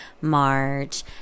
March